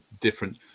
different